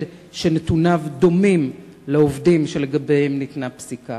שנתוניו דומים לעובדים שלגביהם ניתנה פסיקה?